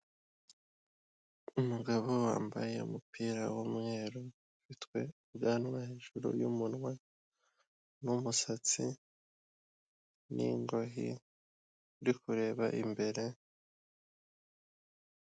Umugabo wambaye umupira w'umweru, ufite ubwanwa hejuru y'umunwa n'umusatsi n'ingohe uri kureba imbere